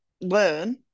learn